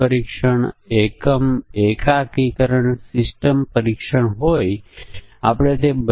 ઉદાહરણ તરીકે power point software માટે ફૉન્ટ સેટિંગ છે